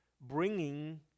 bringing